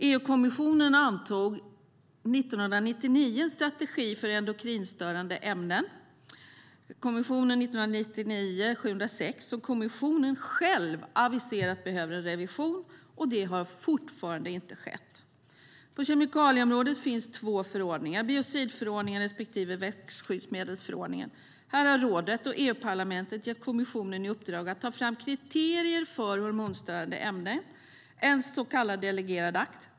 EU-kommissionen antog 1999 en strategi för endokrinstörande ämnen, KOM706, som kommissionen själv har aviserat behöver en revision. Men det har ännu inte skett. På kemikalieområdet finns två förordningar: biocidförordningen och växtskyddsmedelsförordningen. Här har rådet och EU-parlamentet gett kommissionen i uppdrag att ta fram kriterier för hormonstörande ämnen, en så kallad delegerad akt.